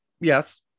Yes